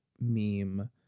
meme